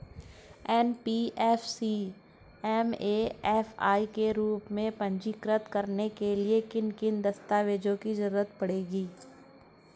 NBFC MFI के रूप में पंजीकृत कराने के लिए किन किन दस्तावेजों की जरूरत पड़ेगी?